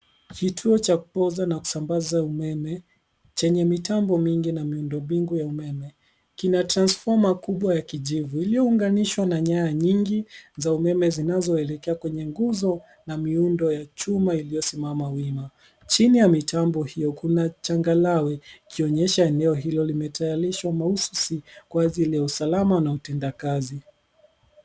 Kituo cha kupoza na kusambaza umeme chenye mitambo mingi na miundombinu ya umeme kina transfoma kubwa ya kijivu iliyounganishwa na nyaya nyingi za umeme zinazoelekea kwenye nguzo na miundo ya chuma iliyosimama wima. Chini ya mitambo hiyo kuna changarawe ikionyesha eneo hilo limetayarishwa mahususi kwa ajili ya usalama na utenda kazi.